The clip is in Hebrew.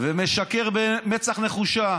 ומשקר במצח נחושה.